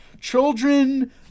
children